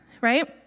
Right